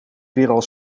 weeral